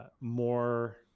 more